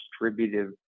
distributive